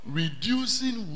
reducing